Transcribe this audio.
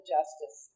Justice